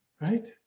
right